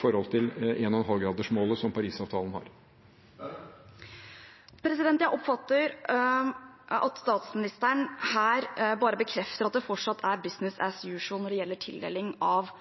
1,5-gradersmålet, som Parisavtalen har. Det blir oppfølgingsspørsmål – først Lan Marie Nguyen Berg. Jeg oppfatter at statsministeren her bare bekrefter at det fortsatt er «business as usual» når det gjelder tildeling av